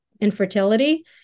infertility